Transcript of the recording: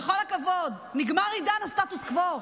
בכל הכבוד: נגמר עידן הסטטוס קוו.